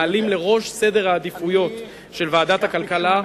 אנחנו מעלים לראש סדר העדיפויות של ועדת הכלכלה,